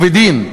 ובדין,